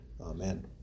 Amen